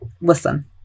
Listen